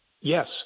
Yes